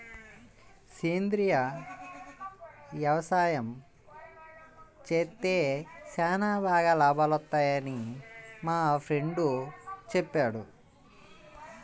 సేంద్రియ యవసాయం చేత్తే చానా బాగా లాభాలొత్తన్నయ్యని మా ఫ్రెండు చెప్పాడు